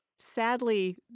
Sadly